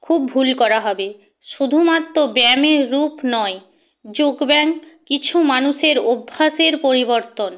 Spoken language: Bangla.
খুব ভুল করা হবে শুধুমাত্ত ব্যায়ামের রূপ নয় যোগব্যায়াম কিছু মানুষের অভ্যাসের পরিবর্তন